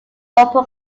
upper